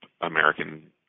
American